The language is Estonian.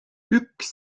üks